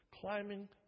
Climbing